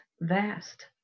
vast